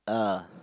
ah